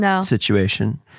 situation